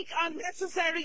unnecessary